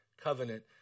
covenant